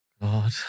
God